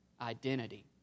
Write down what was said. Identity